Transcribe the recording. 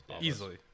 Easily